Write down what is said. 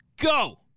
go